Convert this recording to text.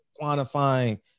quantifying